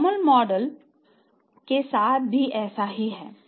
Baumol model के साथ भी ऐसा ही है